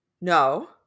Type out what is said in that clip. No